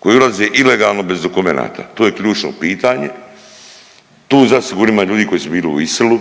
Koji ulaze ilegalno bez dokumenata, to je ključno pitanje. Tu zasigurno ima ljudi koji su bili u Isilu,